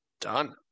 Done